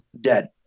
Dead